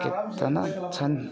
दानिया सान